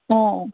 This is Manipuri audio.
ꯑꯣ